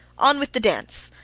on with the dance!